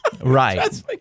Right